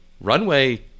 runway